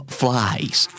flies